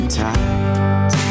tight